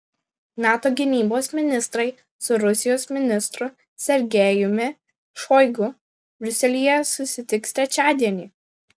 nato gynybos ministrai su rusijos ministru sergejumi šoigu briuselyje susitiks trečiadienį